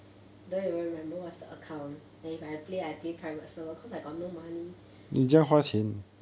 don't even remember what's the account and if I play I play private server because I got no money